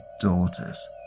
daughters